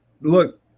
Look